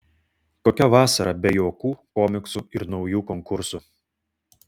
kokia vasara be juokų komiksų ir naujų konkursų